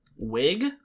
Wig